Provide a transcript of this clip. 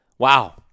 Wow